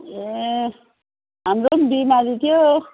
ए हाम्रो पनि बिमारी थियो